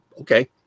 okay